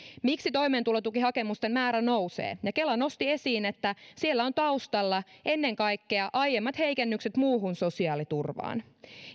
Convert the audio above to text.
miksi toimeentulotukihakemusten määrä nousee kela nosti esiin että siellä on taustalla ennen kaikkea aiemmat heikennykset muuhun sosiaaliturvaan